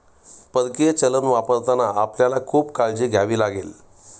परकीय चलन वापरताना आपल्याला खूप काळजी घ्यावी लागेल